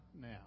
now